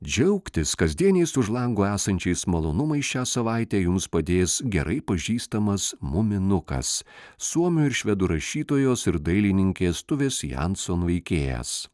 džiaugtis kasdieniais už lango esančiais malonumais šią savaitę jums padės gerai pažįstamas muminukas suomių ir švedų rašytojos ir dailininkės tuvės janson veikėjas